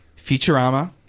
Futurama